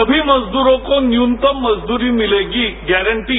सभी मजदूरों को न्यूनतम मजदूरी मिलेगी गौरंटी